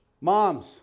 Moms